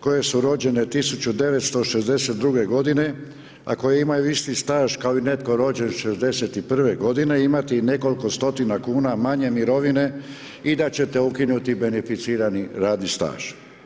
koji su rođene 1962. godine a koje imaju isti staž kao i netko rođen '61. imati nekoliko stotina kuna manje mirovine i da ćete ukinuti beneficirani radni staž.